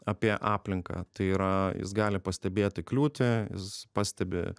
apie aplinką tai yra jis gali pastebėti kliūtį jis pastebi